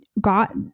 got